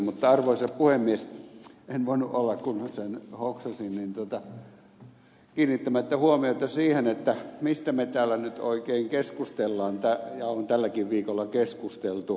mutta arvoisa puhemies en voinut olla kun sen hoksasin kiinnittämättä huomiota siihen mistä me täällä nyt oikein keskustelemme ja on tälläkin viikolla keskusteltu